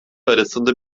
arasında